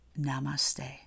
Namaste